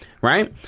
right